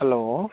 hello